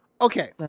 Okay